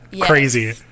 Crazy